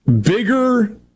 bigger